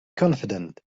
confident